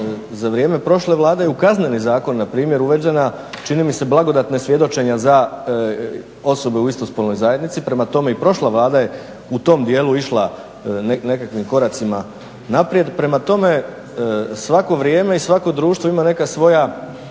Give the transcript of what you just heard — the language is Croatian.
za vrijeme prošle Vlade je u Kazneni zakon npr. uvedena čini mi se blagodatna svjedočenja za osobe u istospolnoj zajednici. Prema tome i prošla Vlada je u tom dijelu išla nekakvim koracima naprijed. Prema tome, svako vrijeme i svako društvo ima neka svoja